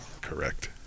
Correct